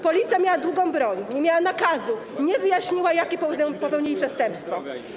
Policja miała długą broń, nie miała nakazu, nie wyjaśniła, jakie popełnili przestępstwo.